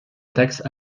taxe